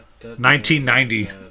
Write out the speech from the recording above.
1990